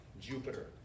Jupiter